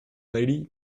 lady